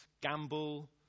gamble